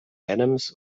adams